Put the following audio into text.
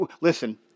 listen